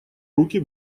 руки